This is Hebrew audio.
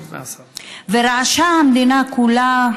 ורעשה המדינה כולה,